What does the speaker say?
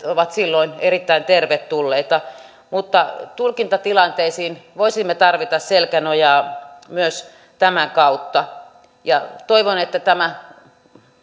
ovat silloin erittäin tervetulleita mutta tulkintatilanteisiin voisimme tarvita selkänojaa myös tämän kautta toivon että tämä